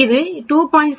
இது 2